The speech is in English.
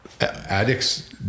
addicts